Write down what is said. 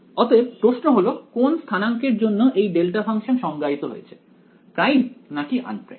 অতএব প্রশ্ন হল কোন স্থানাংকের জন্য এই ডেল্টা ফাংশন সংজ্ঞায়িত হয়েছে প্রাইম নাকি আনপ্রাইম